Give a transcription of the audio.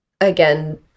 again